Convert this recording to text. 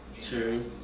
true